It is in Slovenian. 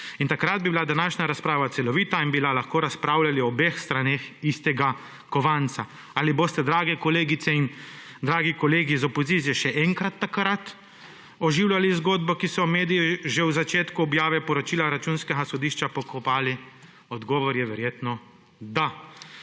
In takrat bi bila današnja razprava celovita in bi lahko razpravljali o obeh straneh istega kovanca. Ali boste, drage kolegice in dragi kolegi iz opozicije, še enkrat takrat oživljali zgodbo, ki so jo mediji že na začetku objave poročila Računskega sodišča pokopali? Odgovor je verjetno: da.